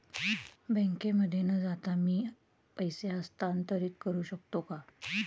बँकेमध्ये न जाता मी पैसे हस्तांतरित करू शकतो का?